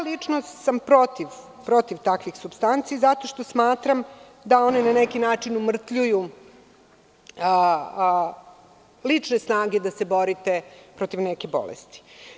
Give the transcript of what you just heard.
Lično sam protiv takvih supstanci, zato što smatram da one na neki način umrtvljuju lične snage da se borite protiv neke bolesti.